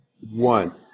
One